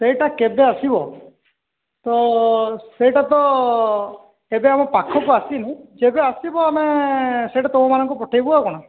ସେଇଟା କେବେ ଆସିବ ତ ସେଇଟା ତ ଏବେ ଆମ ପାଖକୁ ଆସିନି ଯେବେ ଆସିବ ଆମେ ସେଇଟା ତୁମ ମାନଙ୍କୁ ପଠେଇବୁ ଆଉ କ'ଣ